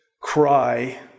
cry